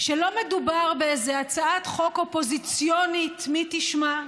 שלא מדובר באיזו הצעת חוק אופוזיציונית, מי תשמע.